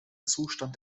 zustand